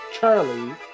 Charlie